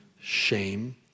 shame